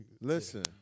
listen